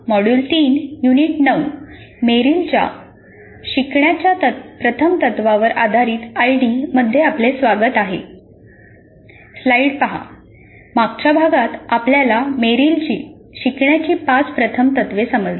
module 3 unit 9 मेरिलच्या शिकण्याच्या प्रथम तत्त्वांवर आधारित आयडीमध्ये आपले स्वागत आहे मागच्या भागात आपल्याला मेरिलची शिकण्याची पाच प्रथम तत्त्वे समजली